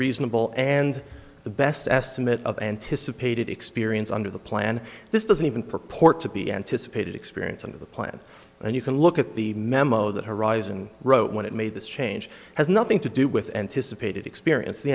reasonable and the best estimate of anticipated experience under the plan this doesn't even purport to be anticipated experience under the plan and you can look at the memo that horizon wrote when it made this change has nothing to do with anticipated experience the